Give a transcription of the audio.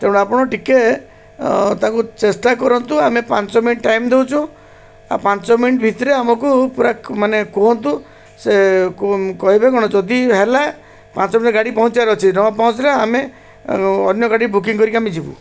ତେଣୁ ଆପଣ ଟିକେ ତାକୁ ଚେଷ୍ଟା କରନ୍ତୁ ଆମେ ପାଞ୍ଚ ମିନିଟ୍ ଟାଇମ୍ ଦେଉଛୁ ଆଉ ପାଞ୍ଚ ମିନିଟ୍ ଭିତରେ ଆମକୁ ପୁରା ମାନେ କୁହନ୍ତୁ ସେ କହିବେ କ'ଣ ଯଦି ହେଲା ପାଞ୍ଚ ମିନିଟ୍ ଗାଡ଼ି ପହଞ୍ଚିବାର ଅଛି ନ ପହଁଞ୍ଚିଲେ ଆମେ ଅନ୍ୟ ଗାଡ଼ି ବୁକିଂ କରିକି ଆମେ ଯିବୁ